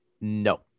No